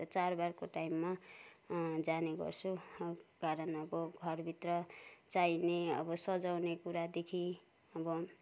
चाडबाडको टाइममा जाने गर्छु कारण अब घरभित्र चाहिने अब सजाउने कुरादेखि अब